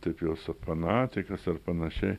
taip jos fanatikas ar panašiai